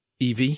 EV